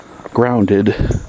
grounded